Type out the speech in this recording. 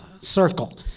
circle